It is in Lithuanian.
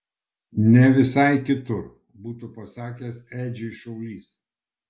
ne visai kitur būtų pasakęs edžiui šaulys